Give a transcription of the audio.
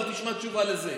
אבל תשמע תשובה לזה.